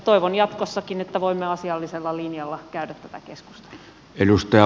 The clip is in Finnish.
toivon jatkossakin että voimme asiallisella linjalla käydä tätä keskustelua